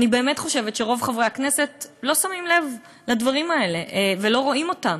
אני באמת חושבת שרוב חברי הכנסת לא שמים לב לדברים האלה ולא רואים אותם,